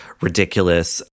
ridiculous